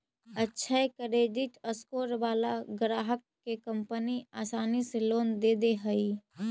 अक्षय credit score वाला ग्राहक के कंपनी आसानी से लोन दे दे हइ